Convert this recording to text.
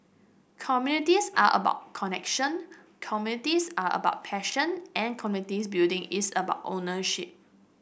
communities are about connection communities are about passion and communities building is about ownership